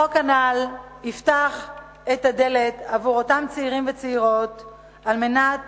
החוק הנ"ל יפתח את הדלת עבור אותם צעירים וצעירות על מנת